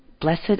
blessed